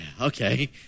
okay